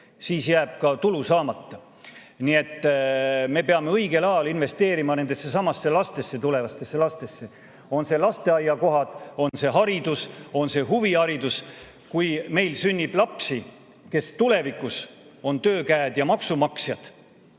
siis jääb ka tulu saamata. Nii et me peame õigel ajal investeerima nendessesamadesse lastesse, tulevastesse lastesse, on need lasteaiakohad, on see haridus, on see huviharidus. Kui meil sünnib lapsi, kes tulevikus on töökäed, maksumaksjad,